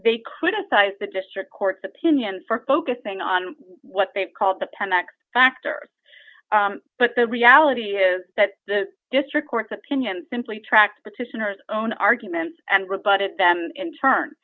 they criticized the district court's opinion for focusing on what they call the pemex factor but the reality is that the district court's opinion simply tracked petitioners own arguments and rebutted them in turn